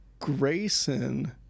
Grayson